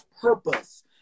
purpose